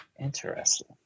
Interesting